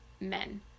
men